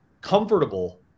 comfortable